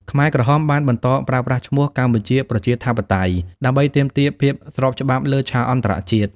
ខ្មែរក្រហមបានបន្តប្រើប្រាស់ឈ្មោះ «កម្ពុជាប្រជាធិបតេយ្យ» ដើម្បីទាមទារភាពស្របច្បាប់លើឆាកអន្តរជាតិ។